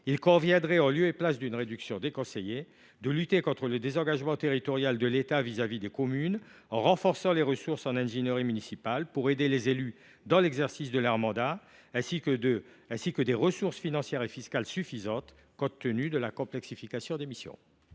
Il conviendrait, en lieu et place d’une réduction du nombre de conseillers municipaux, de lutter contre le désengagement territorial de l’État dans les communes, en renforçant les ressources en ingénierie municipale pour aider les élus dans l’exercice de leur mandat et en prévoyant des ressources financières et fiscales suffisantes pour tenir compte de la complexification de leurs missions.